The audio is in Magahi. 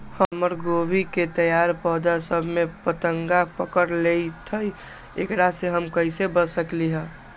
हमर गोभी के तैयार पौधा सब में फतंगा पकड़ लेई थई एकरा से हम कईसे बच सकली है?